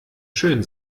schön